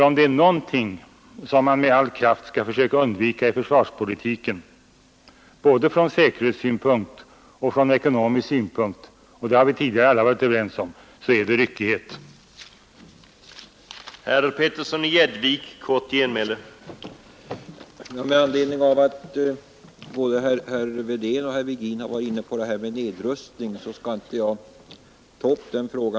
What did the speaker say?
Om det är något som man med all kraft skall försöka undvika i försvarspolitiken, både från säkerhetssynpunkt och från ekonomisk synpunkt — det har vi tidigare alla varit överens om — så är det ryckighet i planeringen.